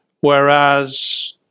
Whereas